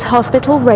Hospital